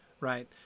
right